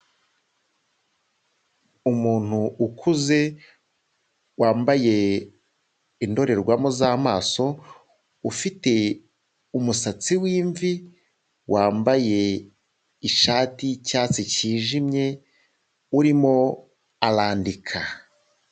Umuntu ukuze, wambaye indorerwamo z'amaso, ufite umusatsi w'imvi, wambaye ishati y'icyatsi cyijimye, urimo arandika.